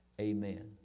Amen